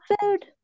food